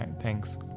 thanks